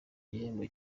igihembo